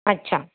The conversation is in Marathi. अच्छा